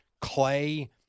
clay